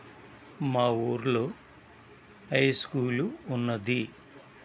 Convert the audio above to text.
మా ఊర్లో high school ఉన్నది